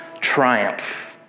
triumph